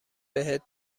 بهت